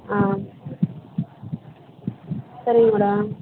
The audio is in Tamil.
ஆ சரிங்க மேடம்